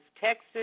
Texas